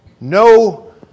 no